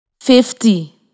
Fifty